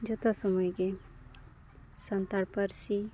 ᱡᱚᱛᱚ ᱥᱩᱢᱚᱭᱜᱮ ᱥᱟᱱᱛᱟᱲ ᱯᱟᱹᱨᱥᱤ